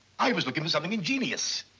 i was looking for something ingenious.